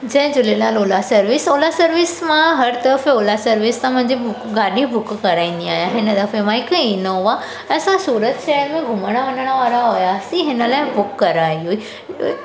जय Jhulelal Ola service Ola service मां हर दफ़े ओला सर्विस तां मुंहिंजी गाॾी बुक कराईंदी आहियां हिन दफ़े मां कई इनोवा असां सूरत शहर में घुमण वञण वारा हुयासीं हिन लाइ बुक कराई हुई